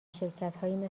شرکتهایی